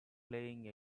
playing